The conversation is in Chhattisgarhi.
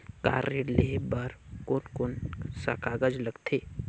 कार ऋण लेहे बार कोन कोन सा कागज़ लगथे?